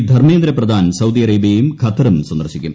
Dharmendra Pradhan Saudi അറേബ്യയും ഖത്തറും സന്ദർശിക്കും